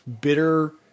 bitter